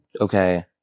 Okay